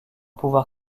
pouvoir